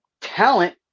talent